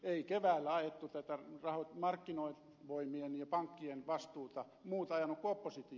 eivät keväällä tätä markkinavoimien ja pankkien vastuuta muut ajaneet kuin oppositio